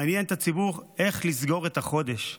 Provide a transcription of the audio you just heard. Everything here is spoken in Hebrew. מעניין את הציבור איך לסגור את החודש,